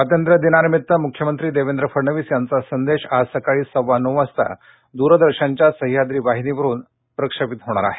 स्वातंत्र्यदिनानिमित्त मुख्यमंत्र देवेंद्र फडणवस्ति यांचा संदेश आज सकाळ सव्वा नऊ वाजता दुरदर्शनच्या सह्याद्र वाहिनवळून प्रक्षेपित होणार आहे